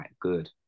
good